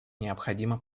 необходима